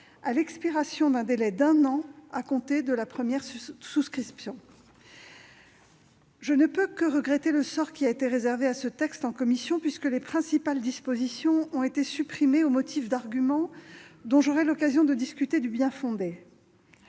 à l'expiration d'un délai d'un an à compter de la première souscription. Je ne puis que regretter le sort réservé à ce texte en commission : les principales dispositions ont été supprimées, sur la base d'arguments dont j'aurai l'occasion de discuter du bien-fondé.